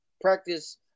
practice